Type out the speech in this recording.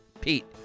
Pete